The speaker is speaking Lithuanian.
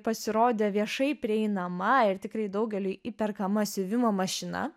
pasirodė viešai prieinama ir tikrai daugeliui įperkama siuvimo mašina